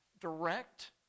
direct